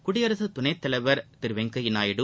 குடியரசு துணைத்தலைவர் திரு வெங்கையா நாயுடு